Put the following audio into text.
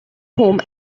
home